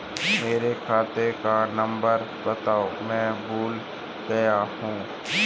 मेरे खाते का नंबर बताओ मैं भूल गया हूं